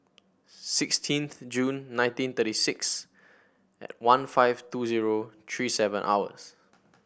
sixteenth June nineteen thirty six one five two zero three seven hours